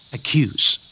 Accuse